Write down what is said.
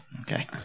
Okay